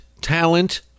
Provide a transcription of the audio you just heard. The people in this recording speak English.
talent